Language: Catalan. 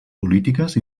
polítiques